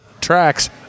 Tracks